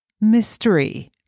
mystery